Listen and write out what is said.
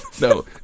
no